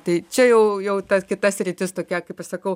tai čia jau jau ta kita sritis tokia kaip aš sakau